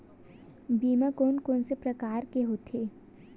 बीमा कोन कोन से प्रकार के होथे?